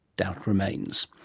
doubt remains.